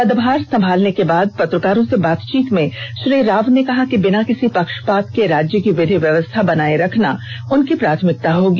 पदभार संभालने के बाद पत्रकारों से बातचीत में श्री राव ने कहा कि बिना किसी पक्षपात के राज्य की विधि व्यवस्था बनाये रखना उनकी प्राथमिकता होगी